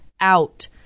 out